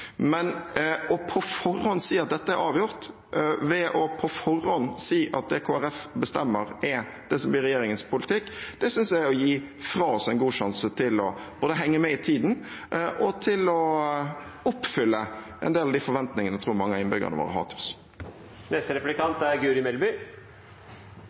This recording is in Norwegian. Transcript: Men på forhånd å si at dette er avgjort, ved på forhånd å si at det Kristelig Folkeparti bestemmer, er det som blir regjeringens politikk, synes jeg er å gi fra seg en god sjanse til både å henge med i tiden og til å oppfylle en del av de forventningene jeg tror mange av innbyggerne våre